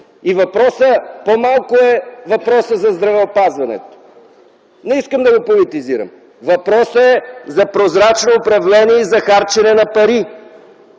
средства. По-малко е въпросът за здравеопазването. Не искам да го политизирам. Въпросът е за прозрачно управление и за харчене на пари.